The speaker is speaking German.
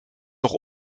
noch